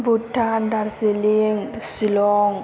Bhutan Darjeeling Shillong